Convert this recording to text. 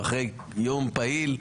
אחרי יום פעיל,